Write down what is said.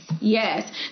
Yes